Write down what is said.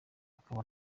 akaba